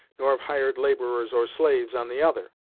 nor of hired laborers or slaves on the other.